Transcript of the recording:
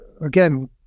Again